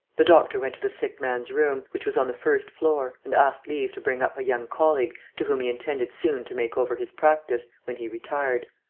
the doctor went to the sick man's room, which was on the first floor, and asked leave to bring up a young colleague, to whom he intended soon to make over his practice, when he retired.